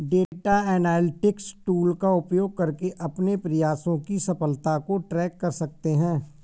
data analytics tool का उपयोग करके अपने प्रयासों की सफलता को ट्रैक कर सकते है